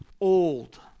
old